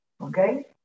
okay